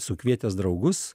sukvietęs draugus